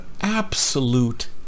absolute